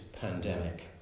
pandemic